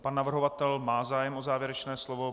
Pan navrhovatel má zájem o závěrečné slovo.